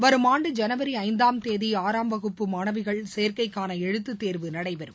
வரும் ஆண்டு ஜனவரி ஐந்தாம் தேதி ஆறாம் வகுப்பு மாணவிகள் சேர்க்கைக்கான எழுத்துத் தேர்வு நடைபெறும்